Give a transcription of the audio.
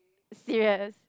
serious